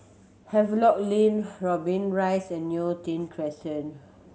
Havelock Link Dobbie Rise and Neo Tiew Crescent